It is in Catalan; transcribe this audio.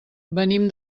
venim